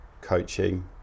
coaching